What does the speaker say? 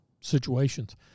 situations